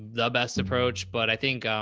the best approach, but i think,